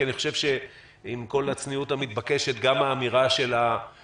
כי אני חושב שעם כל הצניעות המתבקשת גם האמירה של הוועדה